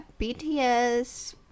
BTS